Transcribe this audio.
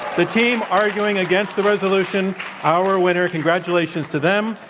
the team arguing against the resolution our winner. congratulations to them.